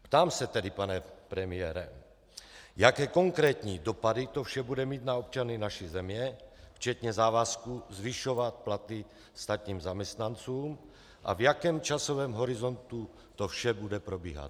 Ptám se tedy, pane premiére, jaké konkrétní dopady to vše bude mít na občany naší země včetně závazku zvyšovat platy státním zaměstnancům a v jakém časovém horizontu to vše bude probíhat.